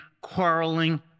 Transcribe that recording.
quarreling